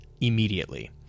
immediately